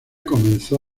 comenzó